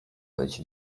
być